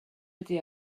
ydy